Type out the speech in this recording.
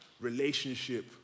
relationship